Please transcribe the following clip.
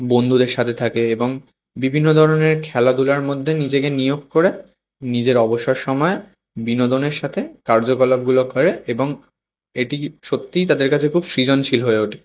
বন্ধুদের সাথে থাকে এবং বিভিন্ন ধরনের খেলাধুলার মধ্যে নিজেকে নিয়োগ করে নিজের অবসর সমায় বিনোদনের সাথে কার্যকলাপগুলো করে এবং এটি সত্যিই তাদের কাছে খুব সৃজনশীল হয়ে ওঠে